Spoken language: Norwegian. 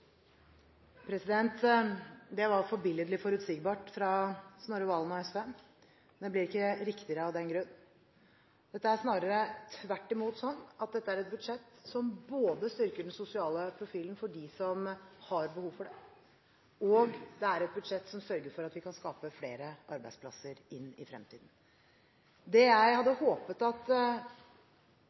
Det var forbilledlig forutsigbart fra Snorre Valen og SV, men det blir ikke riktigere av den grunn. Det er snarere sånn at dette er et budsjett som styrker den sosiale profilen for dem som har behov for det, og det er et budsjett som sørger for at vi kan skape flere arbeidsplasser inn i fremtiden. Det jeg hadde håpet at